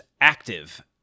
active